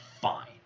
fine